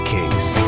Case